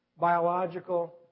biological